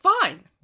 fine